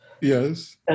Yes